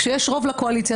כשיש רוב לקואליציה,